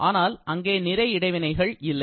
ஆனால் அங்கே நிறை இடைவினைகள் இல்லை